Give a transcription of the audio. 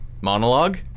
monologue